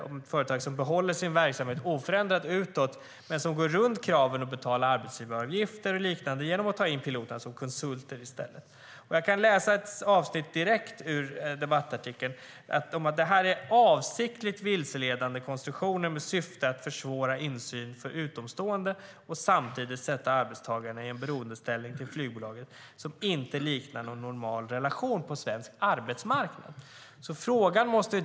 Det gäller företag som behåller sin verksamhet oförändrad utåt men som går runt kraven på att betala arbetsgivaravgifter och liknande genom att i stället ta in piloter i form av konsulter. Av debattartikeln framgår att detta "är en avsiktligt vilseledande konstruktion med syfte att försvåra insyn för utomstående och samtidigt sätta arbetstagarna i en beroendeställning till flygbolaget som inte liknar någon normal relation på svensk arbetsmarknad".